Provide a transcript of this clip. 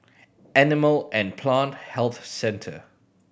Animal and Plant Health Centre